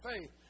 faith